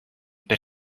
per